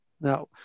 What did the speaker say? Now